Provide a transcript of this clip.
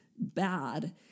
Bad